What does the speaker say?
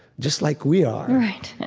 just like we are right.